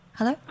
Hello